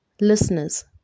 listeners